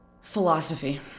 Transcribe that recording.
philosophy